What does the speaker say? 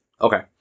Okay